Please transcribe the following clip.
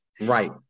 Right